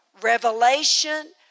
revelation